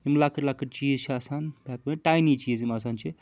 یِم لۄکٕٹۍ لۄکٕٹۍ چیٖز چھِ آسان بہٕ ہٮکٲتھ ٹاینی چیٖز یِم آسان چھِ